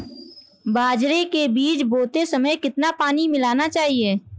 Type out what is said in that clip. बाजरे के बीज बोते समय कितना पानी मिलाना चाहिए?